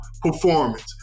performance